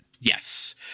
Yes